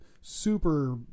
super